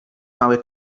małe